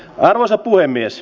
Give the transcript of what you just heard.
arvoisa puhemies